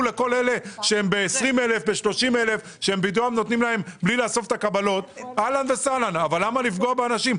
אבל למה לפגוע באנשים?